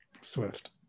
Swift